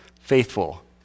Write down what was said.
faithful